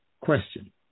question